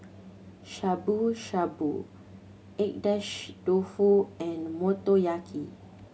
Shabu Shabu Agedashi Dofu and Motoyaki